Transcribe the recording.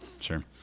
Sure